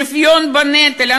שוויון בנטל.